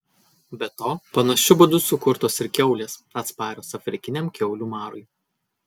be to panašiu būdu sukurtos ir kiaulės atsparios afrikiniam kiaulių marui